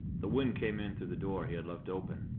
the wind came in through the door he had left open,